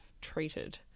treated